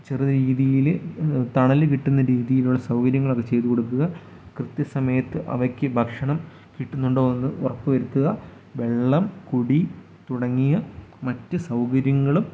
ചെറിയ രീതീൽ തണൽ കിട്ടുന്ന രീതിയിലുള്ള സൗകര്യങ്ങളൊക്കെ ചെയ്ത് കൊടുക്കുക കൃത്യസമയത്ത് അവയ്ക്ക് ഭക്ഷണം കിട്ടുന്നുണ്ടോവെന്ന് ഉറപ്പ് വരുത്തുക വെള്ളം കുടി തുടങ്ങിയ മറ്റ് സൗകര്യങ്ങളും